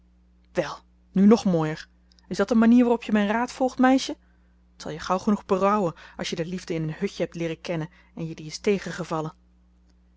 wel nu nog mooier is dat de manier waarop je mijn raad volgt meisje t zal je gauw genoeg berouwen als je de liefde in een hutje hebt leeren kennen en je die is